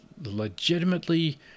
legitimately